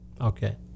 Okay